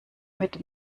mit